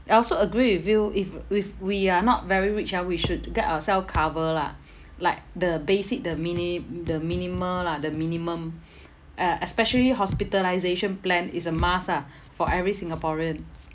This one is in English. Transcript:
I also agree with you if if we are not very rich ah we should get ourself cover lah like the basic the mini~ the minimal lah the minimum uh especially hospitalisation plan is a must ah for every singaporean